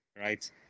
right